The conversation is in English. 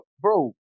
bro